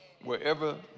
wherever